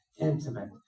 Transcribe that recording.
intimate